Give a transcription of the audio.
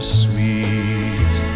sweet